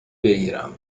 بگیرم